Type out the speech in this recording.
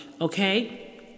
okay